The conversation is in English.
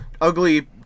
ugly